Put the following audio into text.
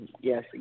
Yes